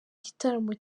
gitaramo